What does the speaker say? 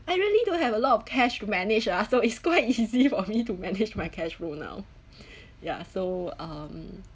I really don't have a lot of cash to manage lah so it's quite easy for me to manage my cash flow now ya so um